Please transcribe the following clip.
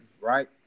right